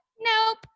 Nope